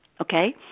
Okay